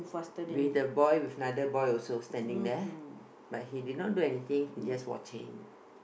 with the boy with another boy also but he standing there but he did not do anything he just watching